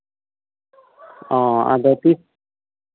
ᱟᱫᱚ ᱛᱤᱥ